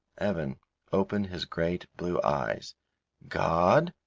evan opened his great, blue eyes god,